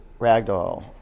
ragdoll